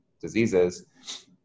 diseases